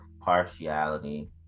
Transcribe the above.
partiality